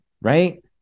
right